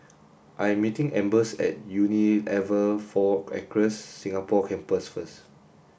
I am meeting Ambers at Unilever Four Acres Singapore Campus first